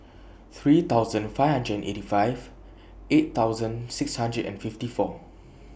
three thousand five hundred and eighty five eight thousand six hundred and fifty four